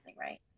right